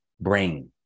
brain